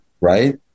right